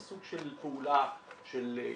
זה סוג של פעולה שלטונית,